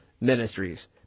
Ministries